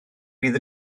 bydd